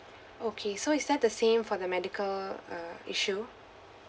okay so is that the same for the medical uh issue